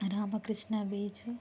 Ramakrishna beach